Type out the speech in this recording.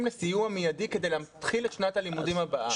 לסיוע מיידי כדי להתחיל את שנת הלימודים הבאה.